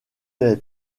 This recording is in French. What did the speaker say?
est